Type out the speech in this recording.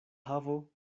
havo